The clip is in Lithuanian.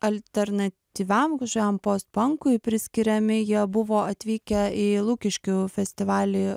alternatyviam kašokiam postpankui priskiriami jie buvo atvykę į lukiškių festivalį